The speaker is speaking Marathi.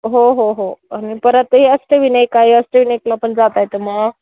हो हो हो आणि परत हे अष्टविनायक आहे अष्टविनायकला पण जाता येतं मग